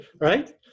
right